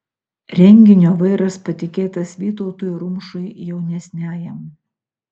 renginio vairas patikėtas vytautui rumšui jaunesniajam